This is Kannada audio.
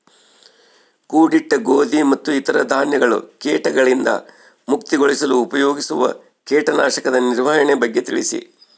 ಕೂಡಿಟ್ಟ ಗೋಧಿ ಮತ್ತು ಇತರ ಧಾನ್ಯಗಳ ಕೇಟಗಳಿಂದ ಮುಕ್ತಿಗೊಳಿಸಲು ಉಪಯೋಗಿಸುವ ಕೇಟನಾಶಕದ ನಿರ್ವಹಣೆಯ ಬಗ್ಗೆ ತಿಳಿಸಿ?